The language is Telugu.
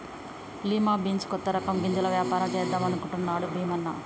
లిమా బీన్స్ కొత్త రకం గింజల వ్యాపారం చేద్దాం అనుకుంటున్నాడు భీమన్న